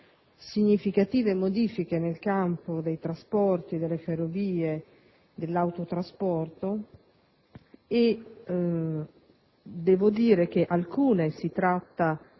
significative modifiche nel campo dei trasporti, delle ferrovie, dell'autotrasporto. Ebbene, devo dire che in alcuni casi si tratta